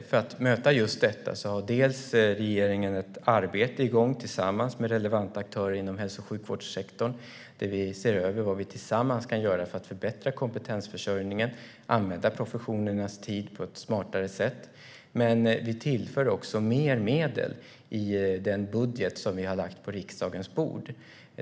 För att möta just detta har regeringen ett arbete igång tillsammans med relevanta aktörer inom hälso och sjukvårdssektorn där vi ser över vad vi tillsammans kan göra för att förbättra kompetensförsörjningen och använda professionernas tid på ett smartare sätt. Men vi tillför också mer medel i den budget som vi har lagt på riksdagens bord.